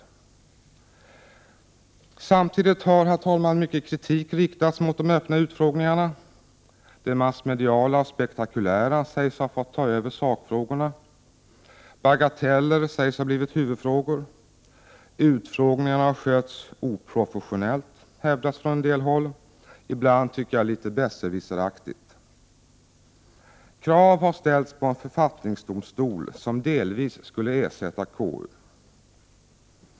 Å andra sidan har, herr talman, mycket kritik riktats mot de öppna utfrågningarna. Det massmediala och spektakulära sägs ha fått ta över sakfrågorna. Bagateller sägs ha blivit huvudfrågor. Utfrågningarna har skötts oprofessionellt, hävdas det från en del håll, ibland litet besserwisseraktigt. Krav har ställts på en författningsdomstol, som delvis skulle ersätta KU.